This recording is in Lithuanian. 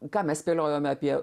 ką mes spėliojome apie